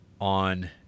on